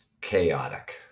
chaotic